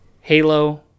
halo